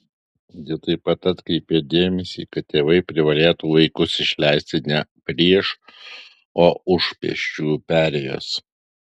ji taip pat atkreipė dėmesį kad tėvai privalėtų vaikus išleisti ne prieš o už pėsčiųjų perėjos